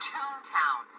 Toontown